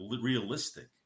realistic